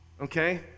okay